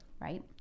Right